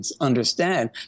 understand